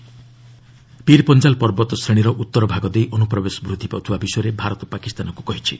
DDMO ଇଷ୍ଟ୍ରଜନ୍ ପିର୍ ପଞ୍ଜାଲ୍ ପର୍ବତ ଶ୍ରେଣୀର ଉତ୍ତର ଭାଗ ଦେଇ ଅନୁପ୍ରବେଶ ବୃଦ୍ଧି ପାଉଥିବା ବିଷୟରେ ଭାରତ ପାକିସ୍ତାନକୁ କହିଛି